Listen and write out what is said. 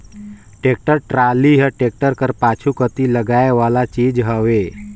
tractor trolley हर tractor कर पाछू कती लगाए वाला चीज हवे